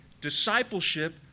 Discipleship